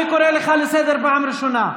אני קורא אותך לסדר פעם ראשונה.